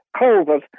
COVID